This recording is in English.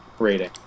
rating